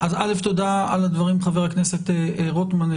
תודה על הדברים, חבר הכנסת רוטמן.